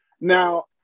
Now